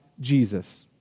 Jesus